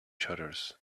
shutters